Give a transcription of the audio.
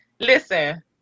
Listen